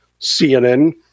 cnn